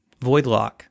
Voidlock